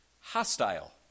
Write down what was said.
hostile